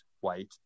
white